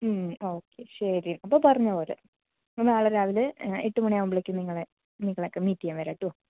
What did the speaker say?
okay ശരി അപ്പോൾ പറഞ്ഞപോലെ അപ്പോൾ നാളെ രാവിലെ എട്ടു മണിയാകുമ്പോഴേക്കും നിങ്ങളെ നിങ്ങളെയൊക്കേ മീറ്റ് ചെയ്യാൻ വരാം കേട്ടോ